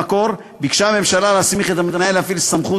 במקור ביקשה הממשלה להסמיך את המנהל להפעיל סמכות